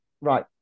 right